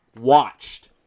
watched